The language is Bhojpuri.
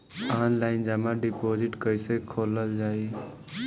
आनलाइन जमा डिपोजिट् कैसे खोलल जाइ?